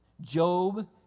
Job